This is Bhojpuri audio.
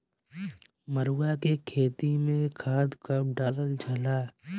मरुआ के खेती में खाद कब डालल जाला?